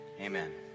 amen